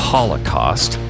Holocaust